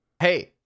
Hey